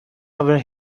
over